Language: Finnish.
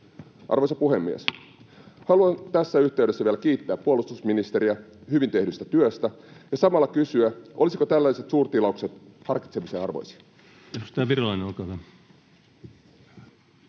koputtaa] Haluan tässä yhteydessä vielä kiittää puolustusministeriä hyvin tehdystä työstä ja samalla kysyä: olisivatko tällaiset suurtilaukset harkitsemisen arvoisia?